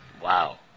Wow